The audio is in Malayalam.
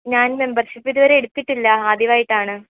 ഞാൻ മെമ്പർഷിപ് ഇതുവരെ എടുത്തിട്ടില്ല ആദ്യമായിട്ടാണ്